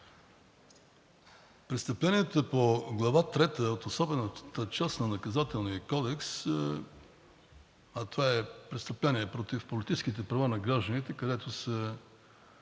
Престъпленията по Глава трета в особената част на Наказателния кодекс, а това е престъпление против политическите права на гражданите, където са